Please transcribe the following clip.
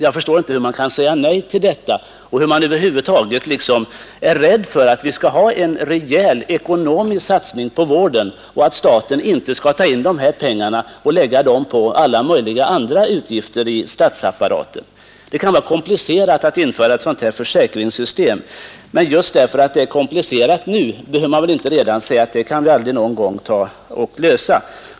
Jag förstår inte hur man kan säga nej till detta och hur man över huvud taget liksom är rädd för en rejäl, ekonomisk satsning på vården, så att staten inte skall ta in dessa pengar och lägga på alla möjliga andra utgifter i statsapparaten. Det kan vara komplicerat att införa ett sådant här försäkringssystem, men just för att det är komplicerat nu behöver man väl inte säga att vi aldrig någon gång kan lösa detta.